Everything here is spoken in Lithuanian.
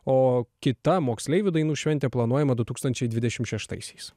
o kita moksleivių dainų šventė planuojama du tūkstančiai dvidešim šeštaisiais